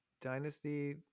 Dynasty